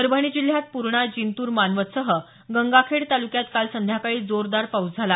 परभणी जिल्ह्यात पूर्णा जिंतूर मानवतसह गंगाखेड तालुक्यात काल संध्याकाळी जोरदार पाऊस झाला